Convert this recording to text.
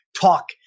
talk